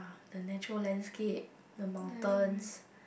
the natural landscape the mountains